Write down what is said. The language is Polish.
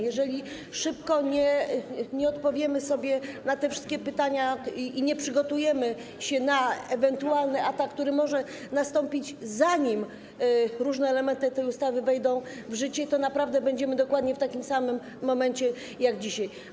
Jeżeli szybko nie odpowiemy sobie na te wszystkie pytania i nie przygotujemy się na ewentualny atak, który może nastąpić, zanim różne elementy tej ustawy wejdą w życie, to naprawdę będziemy dokładnie w takim samym momencie jak dzisiaj.